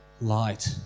light